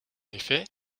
effet